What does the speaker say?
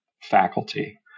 faculty